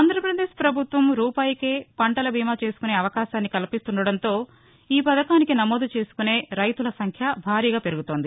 ఆంధ్రాపదేశ్ పభుత్వం రూపాయికే పంటల బీమా చేసుకునే అవకాశాన్ని కల్పిస్తుండడంతో ఈ పథకానికి నమోదు చేసుకునే రైతుల సంఖ్య భారీగా పెరుగుతోంది